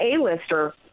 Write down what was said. A-lister